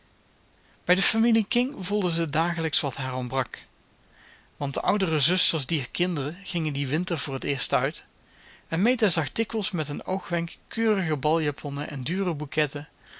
bij de familie king voelde ze dagelijks wat haar ontbrak want de oudere zusters dier kinderen gingen dien winter voor het eerst uit en meta zag dikwijls met een oogwenk keurige baljaponnen en dure bouquetten